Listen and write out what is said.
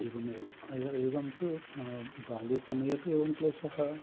एवमेव एवम् एवं तु बाल्यसमये तु एवं क्लेशः